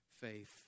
faith